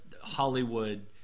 Hollywood